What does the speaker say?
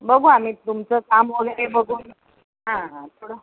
बघू आम्ही तुमचं काम वगैरे बघून हां हां थोडं